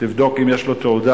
לבדוק אם יש לו תעודה,